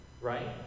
Right